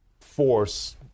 force